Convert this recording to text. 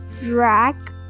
drag